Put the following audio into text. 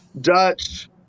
Dutch